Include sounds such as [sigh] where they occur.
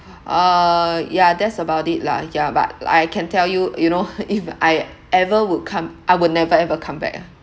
uh yeah that's about it lah ya but I can tell you you know [laughs] if I ever would come I will never ever come back ah